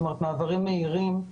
כלומר מעברים מהירים.